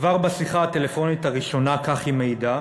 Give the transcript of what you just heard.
כבר בשיחה הטלפונית הראשונה, כך היא מעידה: